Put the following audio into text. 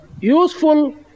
useful